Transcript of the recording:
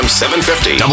750